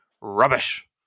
rubbish